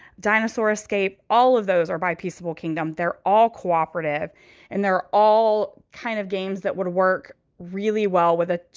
dinosaur escape. all of those are by peaceable kingdom they're all co-operative and they're all kind of games that would work really well with ah